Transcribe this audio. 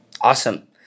Awesome